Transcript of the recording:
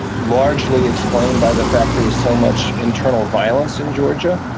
largely explained by the fact there was so much internal violence in georgia,